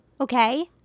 Okay